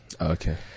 Okay